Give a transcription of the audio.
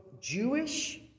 jewish